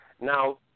Now